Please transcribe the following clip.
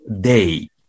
day